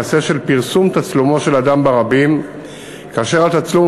מעשה של פרסום תצלומו של אדם ברבים כאשר התצלום